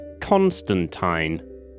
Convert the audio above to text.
Constantine